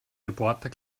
reporter